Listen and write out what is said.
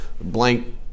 blank